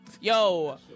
Yo